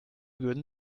würden